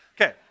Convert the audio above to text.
Okay